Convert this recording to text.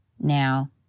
Now